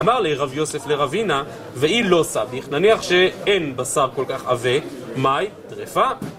אמר לי רבי יוסף לרבינה, והיא לא סביך, נניח שאין בשר כל כך עבה, מהי? טריפה?